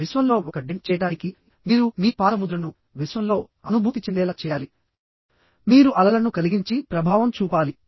విశ్వంలో ఒక డెంట్ చేయడానికి మీరు మీ పాదముద్రను విశ్వంలో అనుభూతి చెందేలా చేయాలి మీరు అలలను కలిగించి ప్రభావం చూపాలి